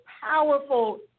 powerful